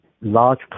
large